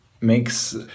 makes